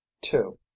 two